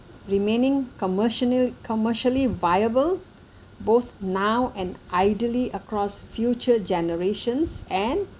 remaining commercially commercially viable both now and ideally across future generations and